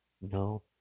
No